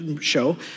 show